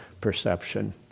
perception